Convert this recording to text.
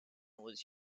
was